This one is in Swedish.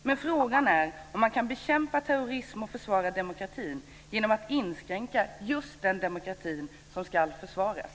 Men frågan är om man kan bekämpa terrorism och försvara demokratin genom att inskränka just den demokrati som ska försvaras.